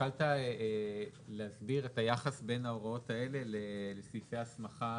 התחלת להסביר את היחס בין ההוראות האלה לסעיפי הסמכה